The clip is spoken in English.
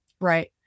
Right